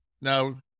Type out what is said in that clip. now